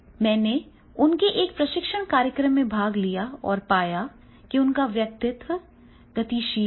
मैंने उनके एक प्रशिक्षण कार्यक्रम में भाग लिया और पाया कि उनका व्यक्तित्व गतिशील है